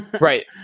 right